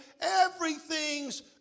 everything's